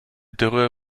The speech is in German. dürre